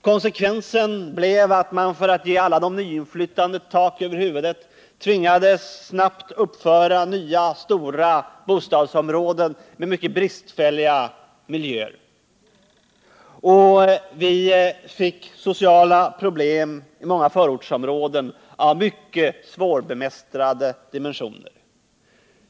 Konsekvensen blev att man för att ge alla de nyinflyttade tak över huvudet tvingades snabbt uppföra nya stora bostadsområden med mycket bristfälliga miljöer. Vi fick i många förortsområden sociala problem av mycket svårbemästrad storlek.